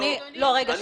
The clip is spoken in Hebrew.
אני